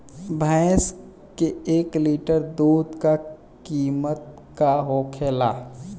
भैंस के एक लीटर दूध का कीमत का होखेला?